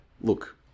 Look